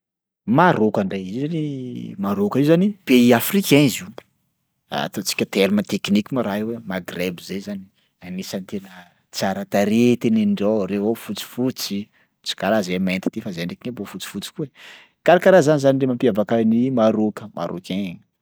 Mar 么 ka ndray, izy io zany Mar 么 ka io zany pays africain izy io, ataontsika terme technique ma raha io hoe Maghreb zay izany e. Anisany tena tsara tarehy tenenindreo ao reo ao fotsifotsy tsy karaha zahay mainty ty fa zahay ndraiky nge mb 么 fotsifotsy koa e, karakaraha zany zany le mampiavaka an'i Mar 么 ka, marocain.